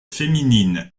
féminine